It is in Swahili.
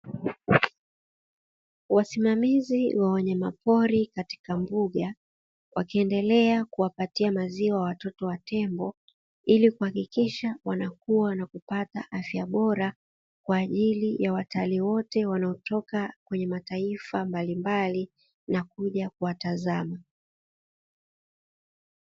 Wasimamamizi wa wanyama pori katika mbuga, wakiendelea kuwapatia maziwa watoto wa tembo, ili kuhakikisha wanakua na kupata afya bora kwa ajili ya watalii wote wanaotoka kwenye mataifa mbalimbali na kuja kuwatazama.